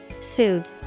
Soothe